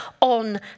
on